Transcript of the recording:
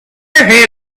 have